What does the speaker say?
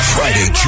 Friday